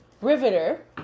Riveter